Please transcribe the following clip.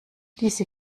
diese